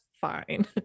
fine